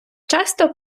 часто